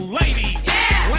ladies